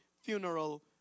funeral